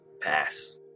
pass